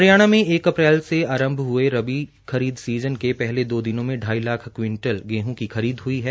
हरियाणा में एक अप्रैल से आरंभ हुई रबी खरीद सीजन के पहले दो दिनों में ढाई लाख क्विंटल गेहूं की खरीद हुई है